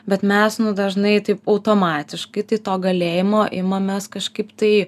bet mes dažnai taip automatiškai tai to galėjimo imamės kažkaip tai